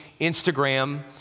Instagram